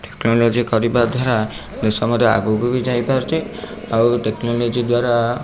technology କରିବା ଦ୍ୱାରା ଦେଶ ମଧ୍ୟ ଆଗକୁ ବି ଯାଇପାରୁଛେ ଆଉ ଟେକ୍ନୋଲୋଜି ଦ୍ଵାରା